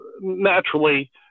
naturally